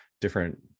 different